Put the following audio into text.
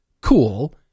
cool